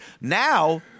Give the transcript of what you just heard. Now